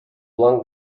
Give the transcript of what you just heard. blond